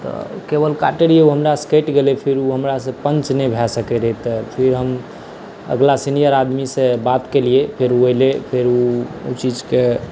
तऽ केबल काटै रहिए तऽ ओ हमरासँ कटि गेलै फेरो ओ हमरासँ पञ्च नहि भऽ सकै रहै तऽ फेर हम अगिला सीनियर आदमीसँ बात केलिए फेर ओ अएलै फेर ओ ओहि चीजके